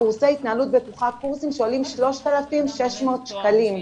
קורסי ההתנהלות הבטוחה הם קורסים שעולים 3,600 שקל.